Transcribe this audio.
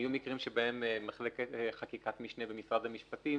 היו מקרים שבהם חקיקת משנה במשרד המשפטים